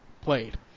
played